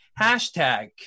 hashtag